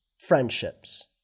friendships